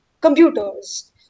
computers